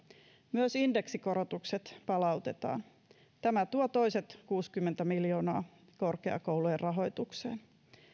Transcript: myös indeksikorotukset palautetaan tämä tuo toiset kuusikymmentä miljoonaa korkeakoulujen rahoitukseen